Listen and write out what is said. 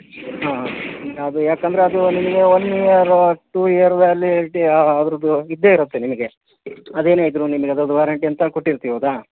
ಹಾಂ ಅದು ಯಾಕಂದ್ರೆ ಅದು ನಿಮಗೆ one year two year validity ಅದರದು ಇದ್ದೇ ಇರುತ್ತೆ ನಿಮಗೆ ಅದೇನೇ ಇದ್ದರೂ ನಿಮಿಗೆ ಅದ್ರದು ವ್ಯಾರಂಟಿ ಅಂತ ಕೊಟ್ಟಿರ್ತೀವಿ ಹೌದಾ